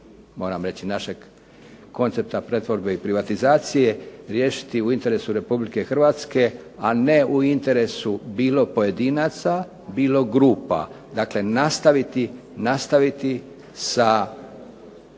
proizašla iz našeg koncepta pretvorbe i privatizacije, riješiti u interesu Republike Hrvatske, a ne u interesu bilo pojedinaca, bilo grupa. Dakle, nastaviti sa